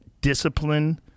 discipline